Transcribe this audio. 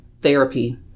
therapy